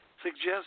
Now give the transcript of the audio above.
suggest